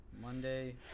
Monday